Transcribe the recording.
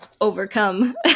overcome